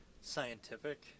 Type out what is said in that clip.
scientific